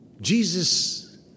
Jesus